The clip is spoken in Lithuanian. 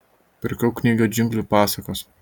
pirkau knygą džiunglių pasakos